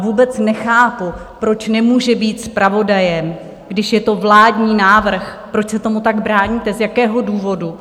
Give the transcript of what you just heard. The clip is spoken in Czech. Vůbec nechápu, proč nemůže být zpravodajem, když je to vládní návrh, proč se tomu tak bráníte, z jakého důvodu?